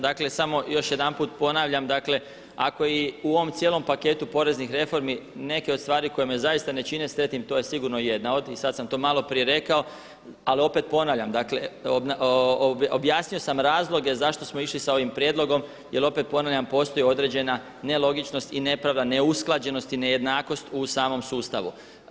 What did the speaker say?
Dakle samo još jedanput ponavljam dakle ako i u ovom cijelom paketu poreznih reformi neke od stvari koje me zaista ne čine sretnim to je sigurno jedna od i sad sam to maloprije rekao ali opet ponavljam, dakle objasnio sam razloge zašto smo išli sa ovim prijedlogom jer opet ponavljam postoji određena nelogičnost i nepravda, neusklađenost i nejednakost u samom sustavu.